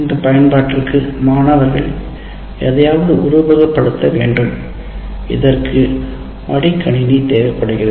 இந்த பயன்பாட்டிற்கு மாணவர்கள் எதையாவது உருவகப்படுத்த வேண்டும் இதற்கு மடிக்கணினி தேவைப்படுகிறது